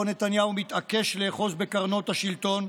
שבו נתניהו מתעקש לאחוז בקרנות השלטון,